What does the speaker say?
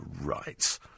right